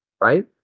Right